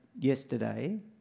yesterday